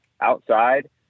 outside